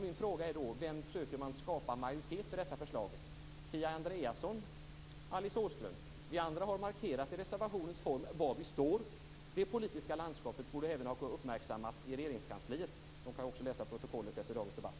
Min fråga är då: Vem söker man skapa majoritet med för detta förslag? Är det med Kia Andreasson eller Alice Åström? Vi andra har markerat i reservationens form var vi står. Det politiska landskapet borde även ha uppmärksammats i Regeringskansliet. De kan också läsa protokollet efter dagens debatt.